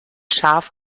scharf